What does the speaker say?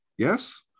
Yes